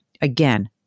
Again